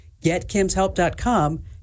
GetKim'sHelp.com